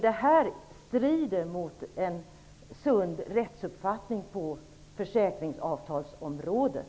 Detta strider mot en sund rättsuppfattning på försäkringsavtalsområdet.